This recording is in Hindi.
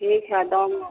ठीक है बाद में